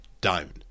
down